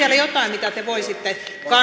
mitä te voisitte